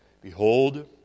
Behold